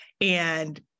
And-